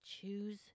choose